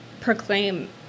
proclaim